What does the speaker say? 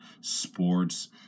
sports